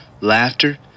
laughter